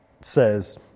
says